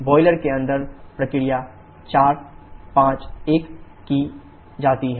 boiler के अंदर प्रक्रिया 4 5 1 की जाती है